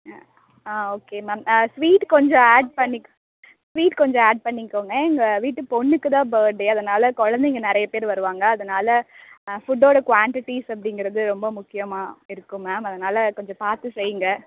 ஆ ஆ okay ma'am sweet கொஞ்சம் add பண்ணிக்க ஸ்வீட் கொஞ்சம் ஆட் பண்ணிக்கங்க எங்கள் வீட்டு பெண்ணுக்கு தான் பர்த்டே அதனால் குழந்தைங்க நிறையப்பேர் வருவாங்க அதனால் ஃபுட்டோட குவான்டிட்டிஸ் அப்படிங்கறது ரொம்ப முக்கியமாக இருக்கும் மேம் அதனால் கொஞ்சம் பார்த்து செய்யுங்க